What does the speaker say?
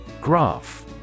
Graph